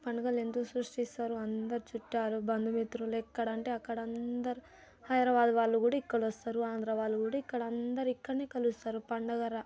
పండుగలు ఎందుకు సృష్టిస్తారు అందరూ చుట్టాలు బంధు మిత్రులు ఎక్కడ అంటే అక్కడ అందరూ హైదరాబాద్ వాళ్ళు కూడా ఇక్కడ వస్తారు ఆంధ్ర వాళ్ళు కూడా ఇక్కడ అందరూ ఇక్కడనే కలుస్తారు పండుగ